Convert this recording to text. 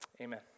Amen